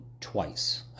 twice